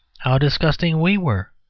how disgusting we were?